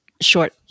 short